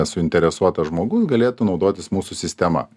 suinteresuotas žmogus galėtų naudotis mūsų sistema